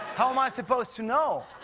how am i supposed to know?